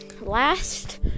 Last